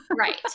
Right